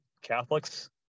Catholics